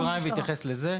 אני אפתח סוגריים ואתייחס לזה.